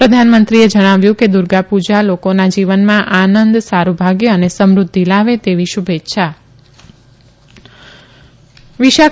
પ્રધાનમંત્રીએ જણાવ્યું છે કે દુર્ગાપુજા લોકોના જીવનમાં આનંદ સારૂ ભાગ્ય અને સમુર્રેધ્ધ લાવે તેવી શુભેચ્છા